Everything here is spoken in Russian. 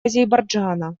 азербайджана